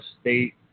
State